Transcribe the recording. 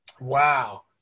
Wow